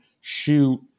shoot